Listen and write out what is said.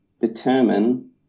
determine